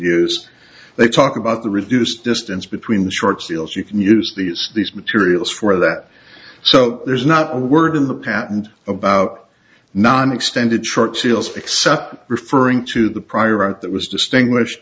use they talk about the reduced distance between short sales you can use these these materials for that so there's not a word in the patent about non extended short sales except referring to the prior art that was distinguished